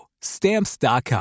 Stamps.com